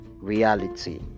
reality